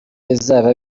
izaba